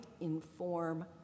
inform